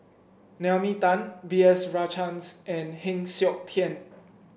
Naomi Tan B S Rajhans and Heng Siok Tian